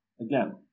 again